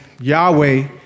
Yahweh